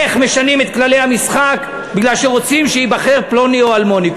איך משנים את כללי המשחק בגלל שרוצים שייבחר פלוני או אלמוני.